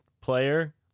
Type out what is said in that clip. player